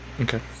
okay